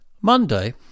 Monday